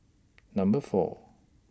Number four